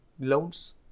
loans